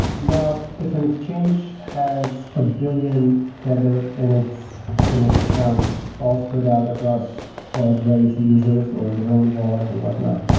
now if an exchange has a billion tether in its and its accounts all spread out across all the various users or their own wallet or whatnot,